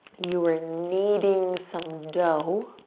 you were kneading some dough.